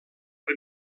per